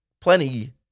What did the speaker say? plenty